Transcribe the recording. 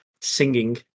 singing